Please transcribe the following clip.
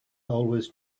always